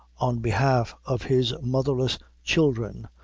on behalf of his motherless children,